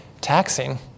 taxing